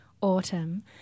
Autumn